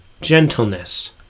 gentleness